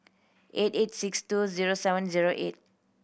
eight eight six two zero seven zero eight